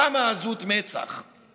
הדיונים: לפחות בוועדה שאני יושב בה,